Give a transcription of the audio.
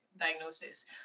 diagnosis